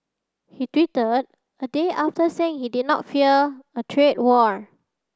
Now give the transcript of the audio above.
he tweeted a day after saying he did not fear a trade war